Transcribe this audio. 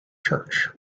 church